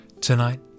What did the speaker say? Tonight